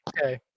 Okay